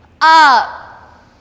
up